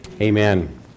Amen